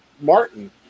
Martin